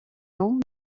noms